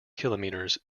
kilometers